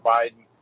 Biden